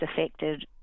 affected